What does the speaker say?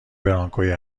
برانکوی